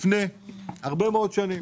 לפני הרבה מאוד שנים,